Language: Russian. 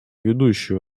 ведущую